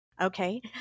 Okay